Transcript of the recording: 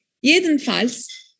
Jedenfalls